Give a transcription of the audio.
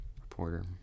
reporter